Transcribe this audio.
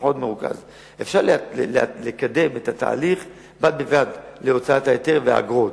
אפשר לקדם את התהליך בהוצאת ההיתר והאגרות,